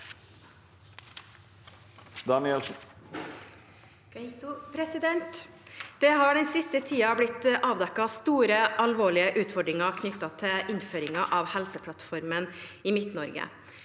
«Det har den siste tiden blitt avdekket store alvorlige utfordringer knyttet til innføringen av Helseplattformen i Midt-Norge.